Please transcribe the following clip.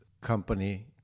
company